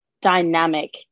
dynamic